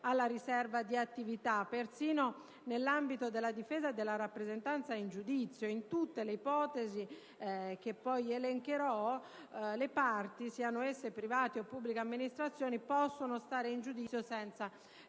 tale riserva di attività; persino nell'ambito della difesa e della rappresentanza in giudizio, in tutte le ipotesi che poi elencherò, le parti, siano esse privati o pubbliche amministrazioni, possono stare in giudizio senza